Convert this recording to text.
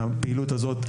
למעשה,